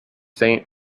saint